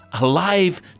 Alive